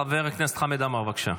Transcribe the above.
חבר הכנסת חמד עמאר, בבקשה.